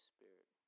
Spirit